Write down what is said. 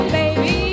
baby